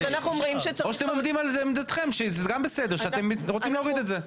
או שאתם עומדים על עמדתכם שזה גם בסדר - אתם רוצים להוריד את זה.